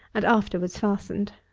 and afterwards fastened.